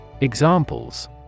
Examples